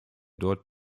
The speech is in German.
dort